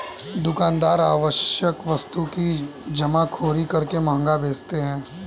दुकानदार आवश्यक वस्तु की जमाखोरी करके महंगा बेचते है